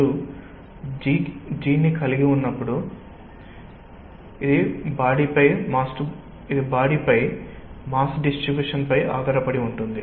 మీరు G కలిగి ఉన్నప్పుడు ఇది బాడిపై మాస్ డిస్ట్రిబ్యూషన్ పై ఆధారపడి ఉంటుంది